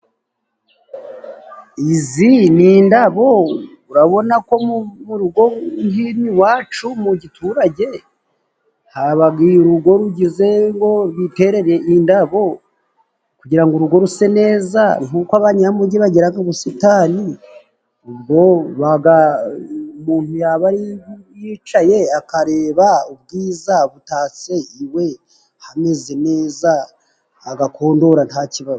izi ni indabo . Urabona ko mu rugo nk'ino iwacu mu giturage, haba urugo rugize ngo biterere indabo kugira ngo urugo ruse neza. Nk'uko abanyamujyi bagira ubusitani, ubwo umuntu yaba yicaye akareba ubwiza butatse iwe, hameze neza, agakondora nta kibazo.